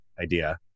idea